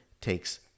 takes